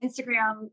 Instagram